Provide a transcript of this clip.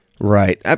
Right